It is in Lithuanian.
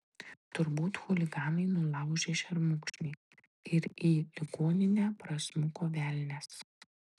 turbūt chuliganai nulaužė šermukšnį ir į ligoninę prasmuko velnias